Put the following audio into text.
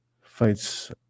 fights